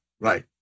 Right